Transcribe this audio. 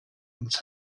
ins